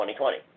2020